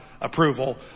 approval